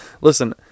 Listen